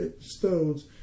stones